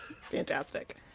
fantastic